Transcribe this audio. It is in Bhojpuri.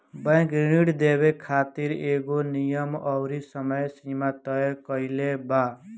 बैंक ऋण देवे खातिर एगो नियम अउरी समय सीमा तय कईले बा